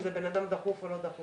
אם זה דחוף או לא דחוף